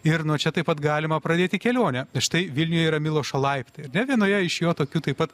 ir nuo čia taip pat galima pradėti kelionę štai vilniuje yra milošo laiptai ar ne vienoje iš jo tokių taip pat